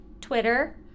Twitter